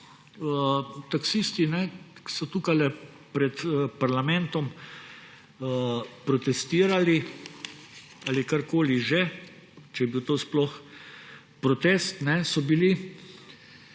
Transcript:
taksisti, ki so tukajle pred parlamentom protestirali ali karkoli že, če je bil to sploh protest, so bili